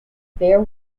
bear